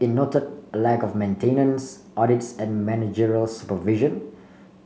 it noted a lack of maintenance audits and managerial supervision